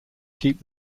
keep